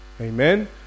Amen